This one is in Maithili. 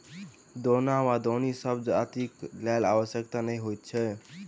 दौन वा दौनी सभ जजातिक लेल आवश्यक नै होइत अछि